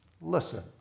listen